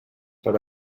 per